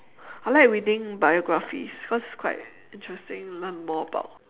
I like reading biographies cause it's quite interesting to learn more about